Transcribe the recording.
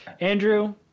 Andrew